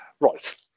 Right